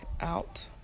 out